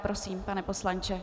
Prosím, pane poslanče.